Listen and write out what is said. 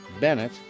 Bennett